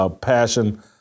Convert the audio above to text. passion